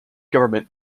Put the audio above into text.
government